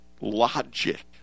logic